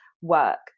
work